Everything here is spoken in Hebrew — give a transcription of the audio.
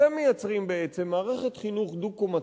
אתם מייצרים בעצם מערכת חינוך דו-קומתית,